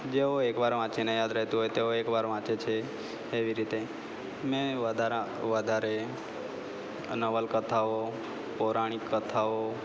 જેઓ એક વાર વાંચીને યાદ રહેતું હોય તેઓ એક વાર વાંચે છે એવી રીતે મેં વધાર વધારે નવલકથાઓ પૌરાણિક કથાઓ